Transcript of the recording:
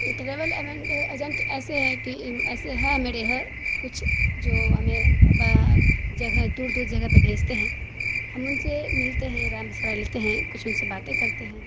travel event agent ایسے ہیں کہ ایسے ہیں میرے یہاں کچھ جو ہمیں جگہ دور دور جگہ پہ بھیجتے ہیں ہم ان سے ملتے ہیں رائے مشورہ لیتے ہیں کچھ ان سے باتیں کرتے ہیں